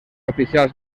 oficials